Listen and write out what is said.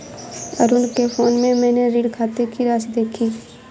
अरुण के फोन में मैने ऋण खाते की राशि देखी